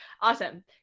Awesome